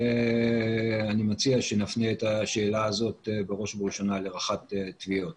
אני מציע שנפנה את השאלה הזאת בראש וראשונה לרח"ט תביעות.